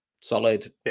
Solid